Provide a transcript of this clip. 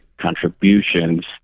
contributions